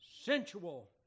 sensual